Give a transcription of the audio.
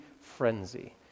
frenzy